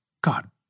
God